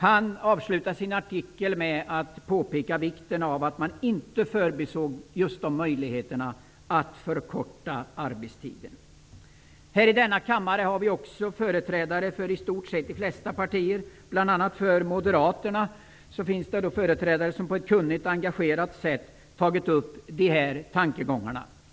Han avslutade sin artikel med att påpeka vikten av att man inte förbiser möjligheterna att förkorta arbetstiden. I denna kammare har vi också representanter för de flesta partier, bl.a. för Moderaterna, som på ett kunnigt och engagerat sätt tagit upp de här tankegångarna.